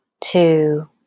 two